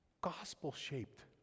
gospel-shaped